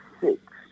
six